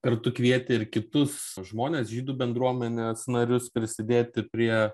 kartu kvieti ir kitus žmones žydų bendruomenės narius prisidėti prie